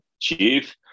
chief